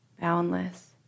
boundless